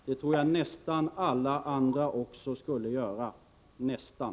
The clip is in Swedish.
Det tror jag att också nästan alla andra skulle göra — nästan.